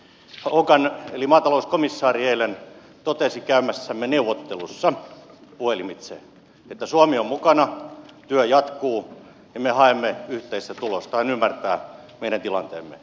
hogan eli maatalouskomissaari eilen totesi käymässämme neuvottelussa puhelimitse että suomi on mukana työ jatkuu ja me haemme yhteistä tulosta hän ymmärtää meidän tilanteemme